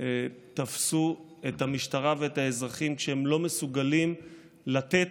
תפסו את המשטרה ואת האזרחים כשהם לא מסוגלים לתת,